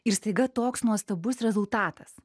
ir staiga toks nuostabus rezultatas